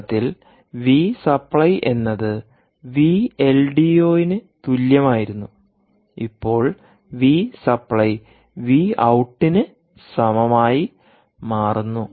തുടക്കത്തിൽ V supply എന്നത് V L D ന് തുല്യമായിരുന്നു ഇപ്പോൾ വി സപ്ലൈ വി ഔട്ട് ന് സമമായി മാറുന്നു